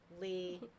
Lee